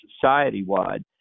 society-wide